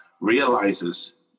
realizes